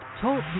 Talk